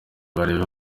bareba